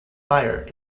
fire